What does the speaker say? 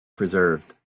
preserved